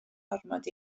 ormod